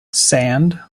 sand